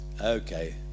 okay